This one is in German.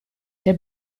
der